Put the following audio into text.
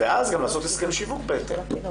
ואז גם לעשות הסכם שיווק בהתאם.